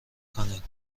کنین